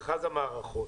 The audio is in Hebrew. מכרז המערכות,